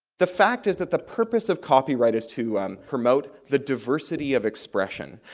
the fact is that the purpose of copyright is to um promote the diversity of expression,